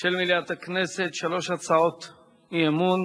של מליאת הכנסת שלוש הצעות אי-אמון: